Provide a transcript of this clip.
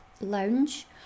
lounge